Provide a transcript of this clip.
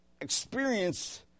experience